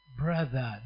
brother